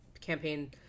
campaign